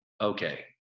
okay